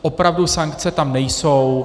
Opravdu, sankce tam nejsou.